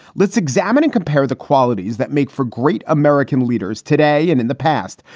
let's examine and compare the qualities that make for great american leaders today and in the past.